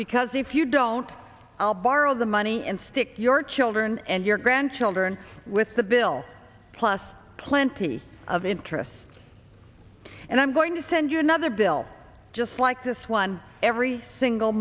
because if you don't i'll borrow the money and stick to your children and your grandchildren with the bill plus plenty of interest and i'm going to send you another bill just like this one every single